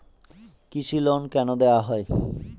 কৃষি লোন কেন দেওয়া হয়?